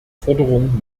forderung